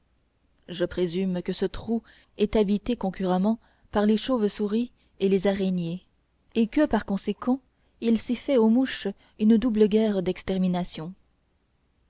je présume que ce trou est habité concurremment par les chauves-souris et les araignées et que par conséquent il s'y fait aux mouches une double guerre d'extermination